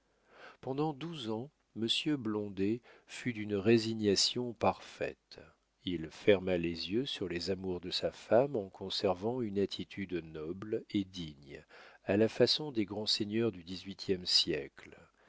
pendant douze ans monsieur blondet fut d'une résignation parfaite il ferma les yeux sur les amours de sa femme en conservant une attitude noble et digne à la façon des grands seigneurs du dix-huitième siècle